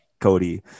Cody